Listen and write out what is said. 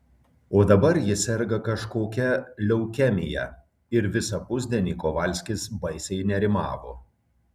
o dabar ji serga kažkokia leukemija ir visą pusdienį kovalskis baisiai nerimavo